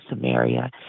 Samaria